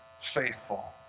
faithful